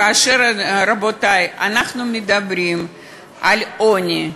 רבותי, היום כאשר אנחנו מדברים על עוני,